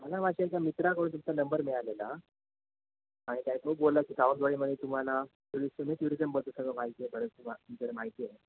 मला माझ्या एका मित्राकडून तुमचा नंबर मिळालेला आणि त्या बोला की सावंतवाडीमध्ये तुम्हाला टुरिस्ट तुम्ही टुरिजमध्ये सगळं माहिती आहे म्हणून तुमा तुमच्याकडे माहिती आहे